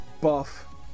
buff